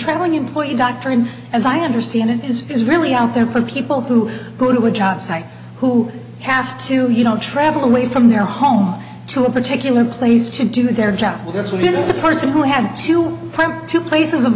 traveling employee doctrine as i understand it is is really out there for people who go to a job site who have to you know travel away from their home to a particular place to do their job because when is a person who had to come to places of